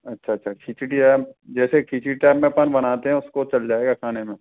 अच्छा अच्छा खिचड़ी है जैसे खिचड़ी टाइप में अपन बनाते हैं वो चल जाएंगा खाने में